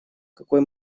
какой